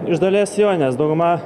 iš dalies jo nes dauguma